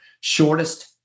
Shortest